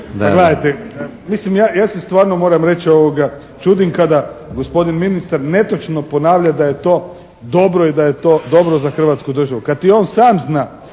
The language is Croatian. Gledajte! Mislim ja se stvarno, moram reći čudim kada gospodin ministar netočno ponavlja da je to dobro i da je to dobro za hrvatsku državu. Kad i on sam zna